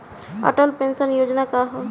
Atal pension योजना का ह?